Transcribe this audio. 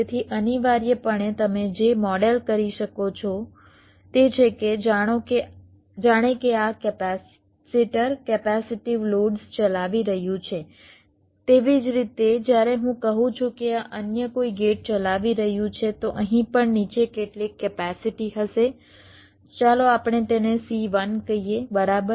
તેથી અનિવાર્યપણે તમે જે મોડેલ કરી શકો છો તે છે કે જાણે કે આ કેપેસિટર કેપેસિટીવ લોડ્સ ચલાવી રહ્યું છે તેવી જ રીતે જ્યારે હું કહું છું કે આ અન્ય કોઈ ગેટ ચલાવી રહ્યું છે તો અહીં પણ નીચે કેટલીક કેપેસિટી હશે ચાલો આપણે તેને C1 કહીએ બરાબર